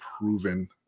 proven